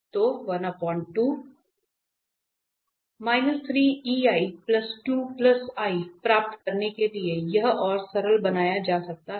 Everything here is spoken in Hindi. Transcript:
तो प्राप्त करने के लिए यहां और सरल बनाया जा सकता है